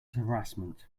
harassment